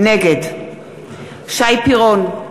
נגד שי פירון,